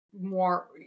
more